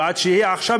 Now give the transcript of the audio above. בעד שיהיה עכשיו,